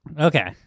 Okay